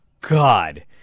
God